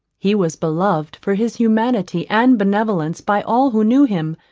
he was beloved for his humanity and benevolence by all who knew him,